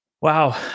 Wow